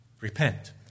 Repent